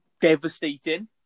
devastating